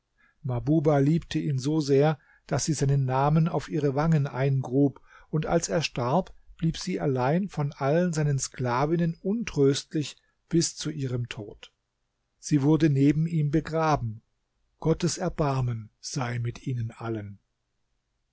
liebte ihn so sehr daß sie seinen namen auf ihre wangen eingrub und als er starb blieb sie allein von allen seinen sklavinnen untröstlich bis zu ihrem tod sie wurde neben ihm begraben gottes erbarmen sei mit ihnen allen